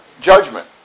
judgment